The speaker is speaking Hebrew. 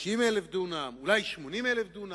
60,000 דונם, אולי 80,000 דונם.